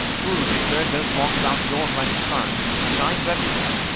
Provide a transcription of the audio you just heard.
foolery, sir, does walk about the orb like the sun, it shines everywhere.